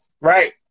Right